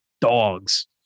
dogs